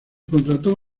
contrató